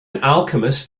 alchemist